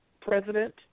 president